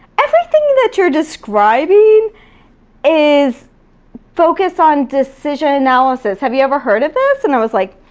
everything that you're describing is focused on decision analysis. have you ever heard of this? and i was like,